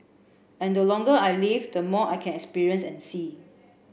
and the longer I live the more I can experience and see